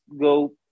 go